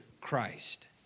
Christ